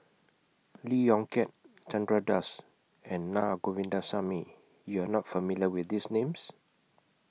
Lee Yong Kiat Chandra Das and Na Govindasamy YOU Are not familiar with These Names